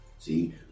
See